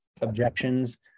objections